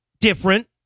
different